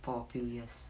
for a few years